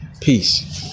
Peace